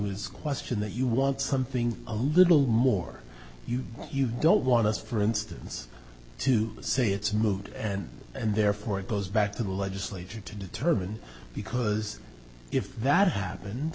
his question that you want something a little more you you don't want us for instance to say it's moved and and therefore it goes back to the legislature to determine because if that happened